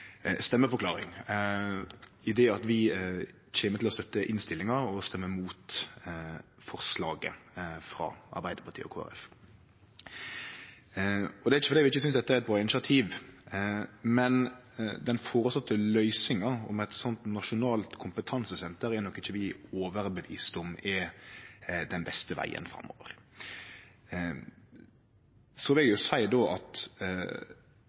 vi kjem til å støtte innstillinga og stemme imot forslaget frå Arbeidarpartiet og Kristeleg Folkeparti. Det er ikkje fordi vi ikkje synest dette er eit bra initiativ, men vi er ikkje overtydde om at den føreslåtte løysinga med eit nasjonalt kompetansesenter er den beste vegen framover. Eg vil seie at det at